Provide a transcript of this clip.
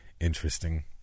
Interesting